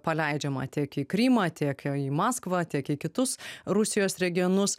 paleidžiama tiek į krymą tiek į maskvą tiek į kitus rusijos regionus